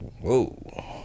Whoa